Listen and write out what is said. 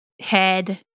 head